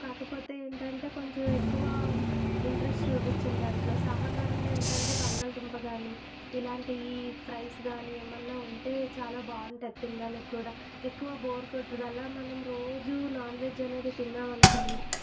కాకపోతే ఏంటంటే కొంచం ఎక్కువ ఇంట్రెస్ట్ చూపిచ్చను దాంట్లో సాహాకారంలో ఏమిటంటే బంగాళదుంప కాని ఇలాంటివి ఫ్రైస్ కానీ ఏమన్నా ఉంటే చాలా బాగుంటుంది తిండానికి కూడా ఎక్కువ బోర్ కొట్టదు అలా మనం రోజు నాన్ వెజ్ అనేది తిన్నాం అనుకోండి